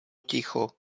ticho